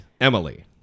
Emily